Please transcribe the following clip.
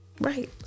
Right